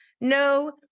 No